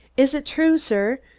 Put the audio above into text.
is it true, sir,